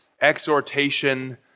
exhortation